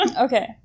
Okay